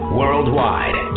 worldwide